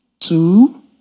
two